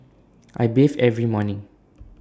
I bathe every morning